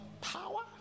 Power